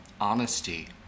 honesty